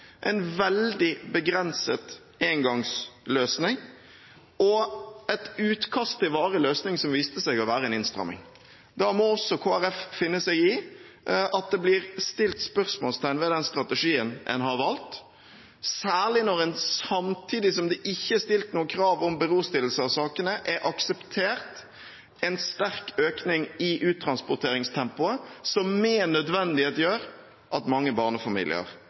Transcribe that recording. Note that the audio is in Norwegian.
en veldig begrenset engangsløsning og et utkast til varig løsning som viste seg å være en innstramming. Da må også Kristelig Folkeparti finne seg i at det blir satt spørsmålstegn ved den strategien en har valgt, særlig når en samtidig som det ikke er stilt noen krav om berostillelse av sakene, har akseptert en sterk økning i uttransporteringstempoet som med nødvendighet gjør at mange barnefamilier